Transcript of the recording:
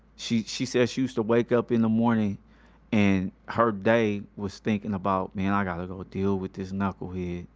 she she says she used to wake up in the morning and her day was thinking about, man, i gotta go deal with this knucklehead.